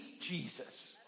Jesus